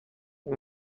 این